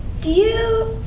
do you.